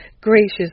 gracious